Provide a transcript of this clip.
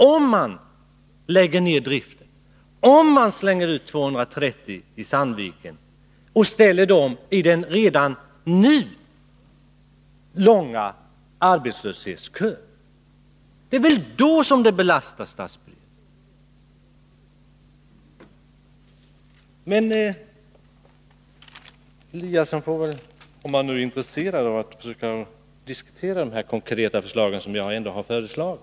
Om man lägger ned driften och ställer 230 personer i Sandviken i den redan nu långa arbetslöshetskön, det är väl då som det belastar statsbudgeten? Ingemar Eliasson får väl svara på det — om han är intresserad av att försöka diskutera de konkreta förslag som jag ändå har fört fram.